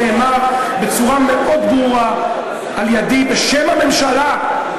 נאמר בצורה מאוד ברורה על-ידי בשם הממשלה.